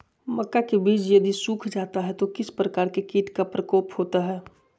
मक्का के बिज यदि सुख जाता है तो किस प्रकार के कीट का प्रकोप होता है?